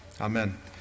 Amen